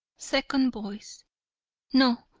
second voice no,